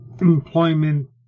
employment